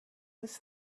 was